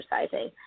exercising